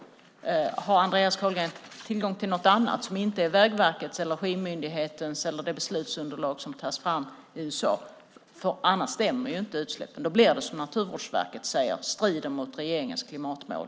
Har Andreas Carlgren tillgång till något annat som inte är Vägverkets eller Energimyndighetens eller det beslutsunderlag som tas fram i USA? Annars stämmer inte utsläppen. Då blir det som Naturvårdsverket säger, att det strider mot regeringens klimatmål.